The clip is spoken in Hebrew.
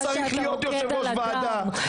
אתה לא צריך להיות יושב-ראש ועדה,